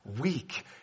weak